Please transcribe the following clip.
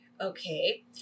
Okay